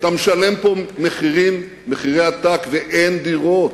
אתה משלם פה מחירי עתק ואין דירות.